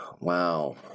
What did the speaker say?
Wow